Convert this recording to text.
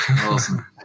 Awesome